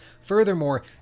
Furthermore